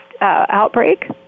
outbreak